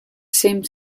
same